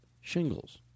Shingles